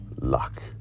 luck